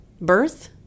birth